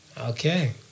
Okay